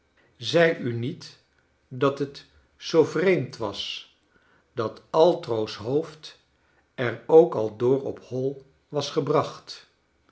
zei u niet dat het zoo vreemd was dat altro's hoofd er ook al door op hoi was gebracht